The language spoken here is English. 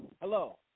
Hello